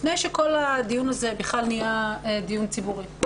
לפני שכל הדיון הזה בכלל נהיה דיון ציבורי.